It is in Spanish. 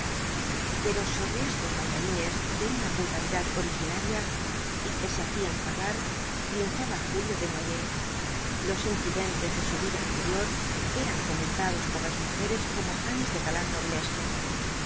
pero sobre estos bailarines de una vulgaridad originaria y que se los cuatro jinbtbs dbl apocalipsis hacían pagar triunfaba julio desnoyers los incidentes de su vida anterior eran comentados por las mujeres como hazañas de galán